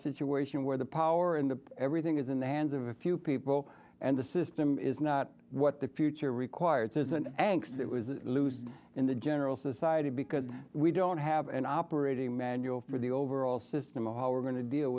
situation where the power in the everything is in the hands of a few people and the system is not what the future requires is an anxious it was a lose in the general society because we don't have an operating manual for the overall system of how we're going to deal